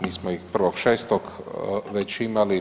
Mi smo ih 1. 6. već imali.